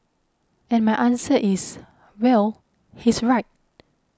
and my answer is well he's right